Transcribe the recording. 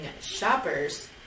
shoppers